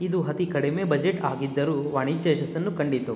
ಇದು ಅತಿ ಕಡಿಮೆ ಬಜೆಟ್ ಆಗಿದ್ದರೂ ವಾಣಿಜ್ಯ ಯಶಸ್ಸನ್ನು ಕಂಡಿತು